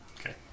Okay